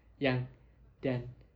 ya then